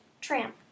tramp